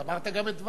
אה, בסדר.